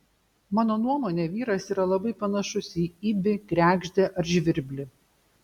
mano nuomone vyras yra labai panašus į ibį kregždę ar žvirblį